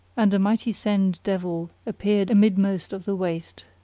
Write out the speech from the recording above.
and a mighty send devil appeared amidmost of the waste.